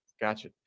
Gotcha